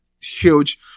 huge